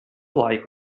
like